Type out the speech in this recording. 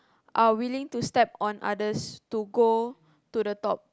are willing to step on others to go to the top